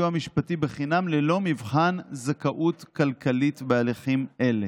משפטי חינם ללא מבחן זכאות כלכלית בהליכים אלה.